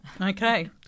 okay